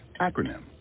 acronym